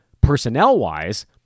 personnel-wise